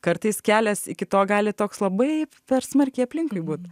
kartais kelias iki to gali toks labai per smarkiai aplinkinui būt